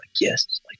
yes